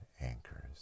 anchors